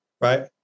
right